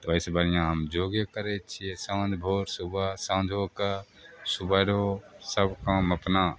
तऽ ओहिसे बढ़िऑं हम योगे करै छियै साँझ भोर सुबह साँझो कऽ सबेरो सब काम अपना